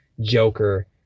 joker